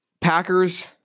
Packers